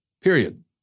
period